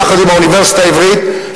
יחד עם האוניברסיטה העברית,